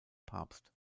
papst